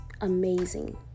Amazing